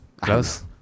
Close